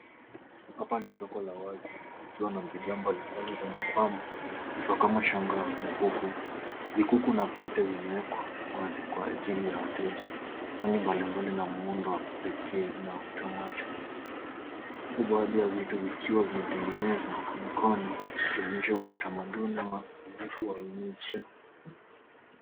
Hapa ni soko la wazi likiwa na bidhaa mbalimbali za mapambo. Vifaa kama shanga, mikufu, vikuku na pete vimewekwa wazi kwa ajili ya wateja. Rangi mbalimbali na muundo wa kipekee inawavutia macho huku badhi ya vitu vikiwa vimetengenezwa kwa mikono ikionyesha utamaduni na ubunifu wa wenyeji.